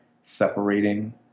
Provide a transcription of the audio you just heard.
separating